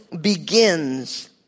begins